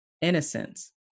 innocence